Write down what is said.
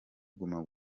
guma